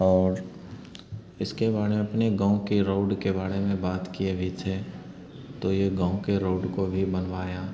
और इसके बाद अपनी गाँव की रौड के बारे में बात किए भी थे तो यह गाँव की रोड को भी बनवाया